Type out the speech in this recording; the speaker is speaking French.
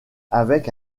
avec